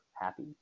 happy